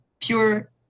pure